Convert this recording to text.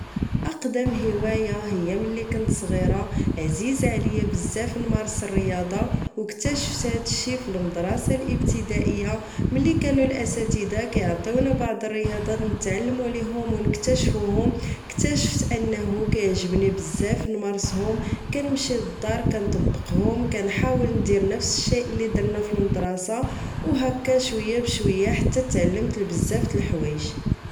أقدم هواية هي ملي كنت صغيرة عزيزة علي بزاف نمارس الرياضة أو كتاشفت هادشي فالمدرسة الإبتدائية ملي كانو الأساتدة كيعطيونا بعض الرياضات نتعلمو ليهوم أو نكتاشفوهوم كتاشفت أنه كيعجبني بزاف نمارسهوم كنمشي لدار كنطبقهوم أو كنحاول ندير نفس الشيء لي درنا فالمدرسة أو هكا شوية شوية حتى تعلمت لبزاف تالحوايج